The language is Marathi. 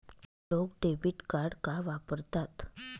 लोक डेबिट कार्ड का वापरतात?